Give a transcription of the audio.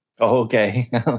Okay